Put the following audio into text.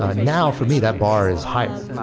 ah now, for me, that bar is higher.